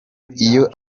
iyo